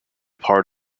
part